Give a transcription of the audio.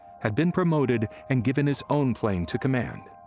had been promoted and given his own plane to command.